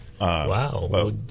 Wow